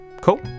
Cool